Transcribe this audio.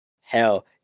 hell